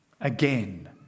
Again